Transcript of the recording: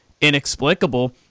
inexplicable